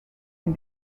and